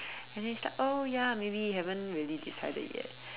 and then he's like oh ya maybe haven't really decided yet